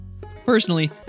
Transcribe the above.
Personally